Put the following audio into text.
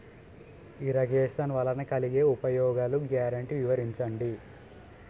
Irrigation వలన కలిగే ఉపయోగాలు గ్యారంటీ వివరించండి?